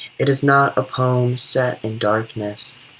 it is not a poem set in darkness,